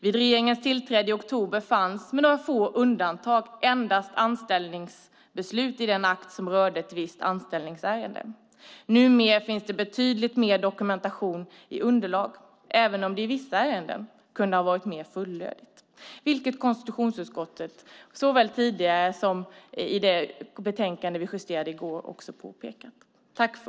Vid regeringens tillträde i oktober fanns med några få undantag endast anställningsbeslut i den akt som rörde ett visst anställningsärende. Numera finns det betydligt mer dokumentation i underlag, även om den i vissa ärenden kunde ha varit mer fullödig, vilket konstitutionsutskottet också har påpekat såväl tidigare som i det betänkande vi justerade i går.